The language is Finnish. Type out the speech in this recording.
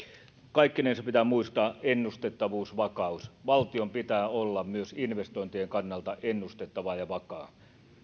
kaikkinensa pitää muistaa ennustettavuus vakaus valtion pitää olla myös investointien kannalta ennustettava ja vakaa